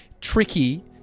tricky